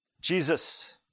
Jesus